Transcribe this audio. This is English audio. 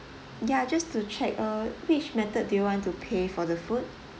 ya just to check uh which method do you want to pay for the food